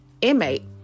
inmate